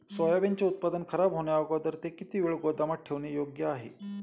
सोयाबीनचे उत्पादन खराब होण्याअगोदर ते किती वेळ गोदामात ठेवणे योग्य आहे?